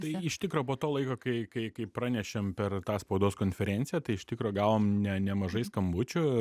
tai iš tikro po to laiko kai kai kai pranešėm per tą spaudos konferenciją tai iš tikro gavom ne nemažai skambučių